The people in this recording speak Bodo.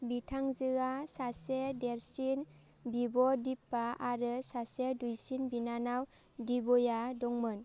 बिथांजोहा सासे देरसिन बिब' दीपा आरो सासे दुयसिन बिनानाव दिव्या दंमोन